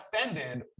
offended